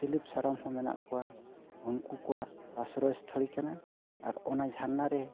ᱥᱤᱞᱤᱯ ᱥᱟᱨᱚᱢ ᱦᱚᱸ ᱢᱮᱱᱟᱜ ᱠᱚᱣᱟ ᱩᱱᱠᱩ ᱠᱚᱣᱟᱜ ᱟᱥᱨᱚᱭ ᱥᱛᱷᱚᱞ ᱜᱮ ᱠᱟᱱᱟ ᱟᱨ ᱚᱱᱟ ᱡᱷᱟᱨᱱᱟ ᱨᱮ